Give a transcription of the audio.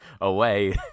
away